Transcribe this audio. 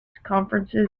conferences